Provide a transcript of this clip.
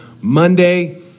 Monday